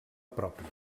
pròpia